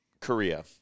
korea